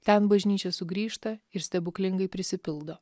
ten bažnyčia sugrįžta ir stebuklingai prisipildo